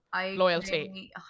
loyalty